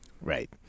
right